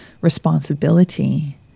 responsibility